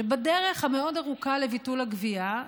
בדרך המאוד-ארוכה לביטול הגבייה,